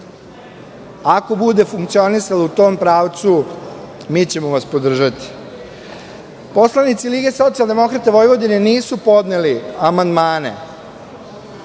Ako bude funkcionisalo u tom pravcu, mi ćemo vas podržati. Poslanici Lige socijaldemokrata Vojvodine nisu podneli amandmane